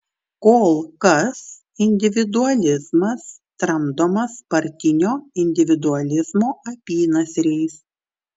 kol kas individualizmas tramdomas partinio individualizmo apynasriais